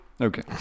Okay